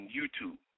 YouTube